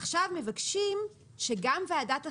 עכשיו מבקשים שגם ועדת החריגים,